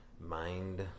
Mind